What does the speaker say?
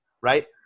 right